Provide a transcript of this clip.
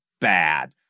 bad